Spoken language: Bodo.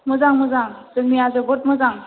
मोजां मोजां जोंनिया जोबोर मोजां